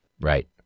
Right